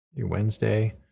Wednesday